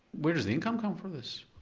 where does the income come for this?